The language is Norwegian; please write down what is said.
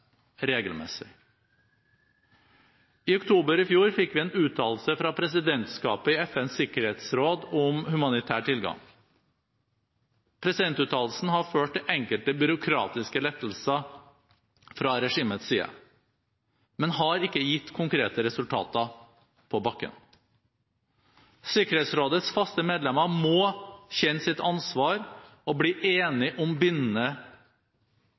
regelmessig. I oktober i fjor fikk vi en uttalelse fra presidentskapet i FNs sikkerhetsråd om humanitær tilgang. Presidentuttalelsen har ført til enkelte byråkratiske lettelser fra regimets side, men har ikke gitt konkrete resultater på bakken. Sikkerhetsrådets faste medlemmer må kjenne sitt ansvar og bli enige om en bindende